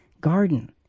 garden